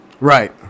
Right